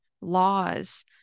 laws